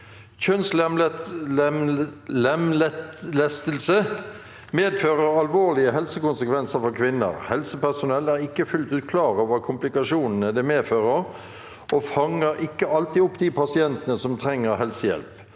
Kjønnslemlestelse medfører alvorlige helse- konsekvenser for kvinner. Helsepersonell er ikke fullt ut klar over komplikasjonene det medfører, og fanger ikke alltid opp de pasientene som trenger helsehjelp.